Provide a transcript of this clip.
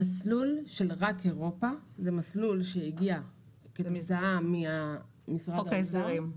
המסלול של רק אירופה הוא מסלול שהגיע מחוק ההסדרים.